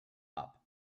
hop